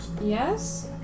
Yes